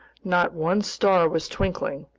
not one star was twinkling,